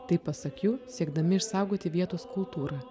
taip pasak jų siekdami išsaugoti vietos kultūrą